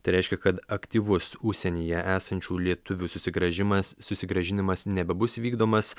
tai reiškia kad aktyvus užsienyje esančių lietuvių susigrąžimas susigrąžinimas nebebus vykdomas